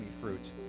fruit